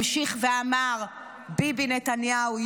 המשיך ואמר ביבי נתניהו,